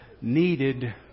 needed